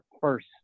first